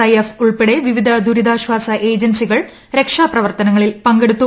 I F ഉൾപ്പെടെ വിവിധ ദുരിതാശ്വാസ ഏജൻസികൾ രക്ഷാപ്രവർത്തനങ്ങളിൽ പങ്കെടുത്തു